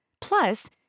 Plus